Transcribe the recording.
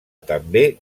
també